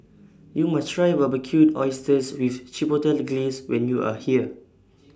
YOU must Try Barbecued Oysters with Chipotle Glaze when YOU Are here